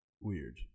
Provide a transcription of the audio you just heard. Weird